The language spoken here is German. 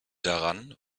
daran